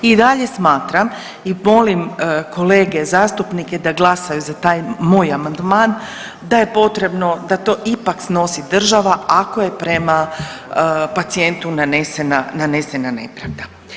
I dalje smatram i molim kolege zastupnike da glasaju za taj moj amandman da je potrebno da to ipak snosi država ako je prema pacijentu nanesena nepravda.